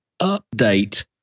update